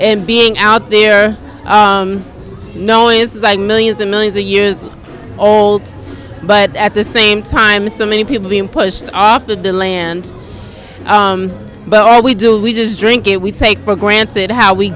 and being out there no it is like millions and millions a years old but at the same time so many people being pushed off the deland but all we do we just drink it we take for granted how we